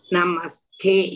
Namaste